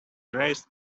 erased